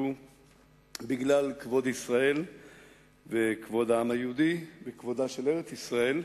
בגלל כבוד ישראל וכבוד העם היהודי וכבודה של ארץ-ישראל,